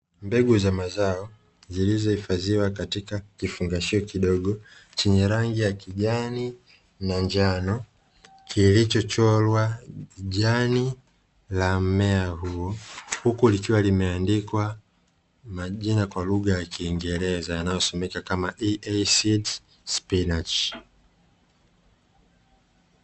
Mbegu za mazao zilizohifadhiwa katika kifungashio kidogo chenye rangi ya kijani na njano kilicho chorwa jani la mmea huo, huku likiwa limeandikwa majina kwa lugha ya kiingereza yanayosomeka kama "EASEED SPINACH".